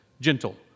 Gentle